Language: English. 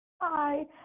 Hi